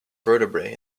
vertebrae